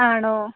ആണോ